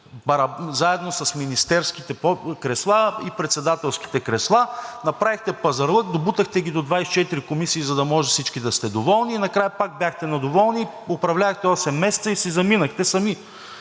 заедно с министерските кресла и председателските кресла направихте пазарлък, добутахте ги до 24 комисии, за да може всички да сте доволни и накрая пак бяхте недоволни, управлявахте осем месеца и си заминахте сами.